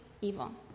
evil